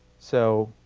so,